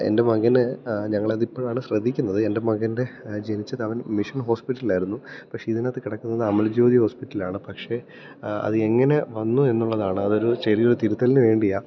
എൻറ്റെ മകന് ഞങ്ങളതിപ്പോഴാണ് ശ്രദ്ധിക്കുന്നത് എൻറ്റെ മകൻറ്റെ ജനിച്ചതവൻ മിഷൻ ഹോസ്പിറ്റലിലായിരുന്നു പക്ഷേ ഇതിനകത്ത് കിടക്കുന്നത് അമൽ ജ്യോതി ഹോസ്പിറ്റലാണ് പക്ഷേ അത് എങ്ങനെ വന്നൂ എന്നുള്ളതാണ് അതൊരു ചെറിയൊരു തിരുത്തലിനു വേണ്ടിയാണ്